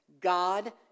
God